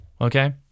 okay